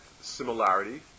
similarity